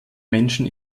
menschen